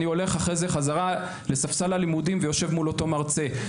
אני הולך אחרי זה חזרה לספסל הלימודים ויושב מול אותו מרצה,